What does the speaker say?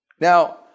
Now